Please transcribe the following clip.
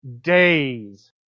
days